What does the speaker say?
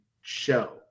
show